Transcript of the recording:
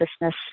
business